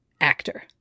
actor